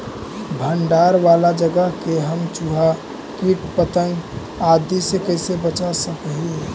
भंडार वाला जगह के हम चुहा, किट पतंग, आदि से कैसे बचा सक हिय?